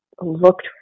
looked